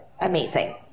amazing